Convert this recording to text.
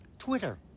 Twitter